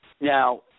Now